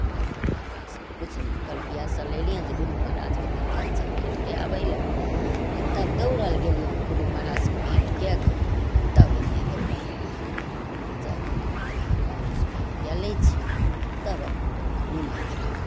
आर हमरा पासमे किछु भूखल पियासल एलियनि जे गुरू महाराजके तनि जाइ छियनि भेँट कए आबय लेल आ तब दौड़ल गेलियनि गुरू महाराजकेँ भेँट कए कऽ आ तब एन्नऽ दौड़ल एलियनि जे जय भगवान तनि भगवानोसँ भेँट कए लै छी तब अपन दुनिआँ निमहैत रहब